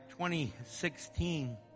2016